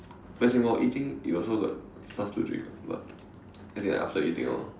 as in while eating you also got stuff to drink [what] but as in after eating orh